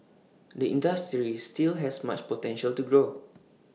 the industry still has much potential to grow